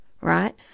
right